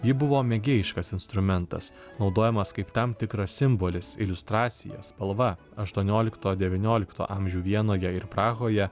ji buvo mėgėjiškas instrumentas naudojamas kaip tam tikras simbolis iliustracija spalva aštuoniolikto devyniolikto amžių vienoje ir prahoje